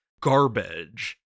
garbage